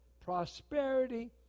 prosperity